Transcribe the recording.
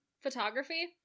photography